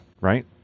Right